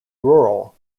rural